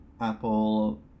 Apple